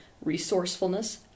resourcefulness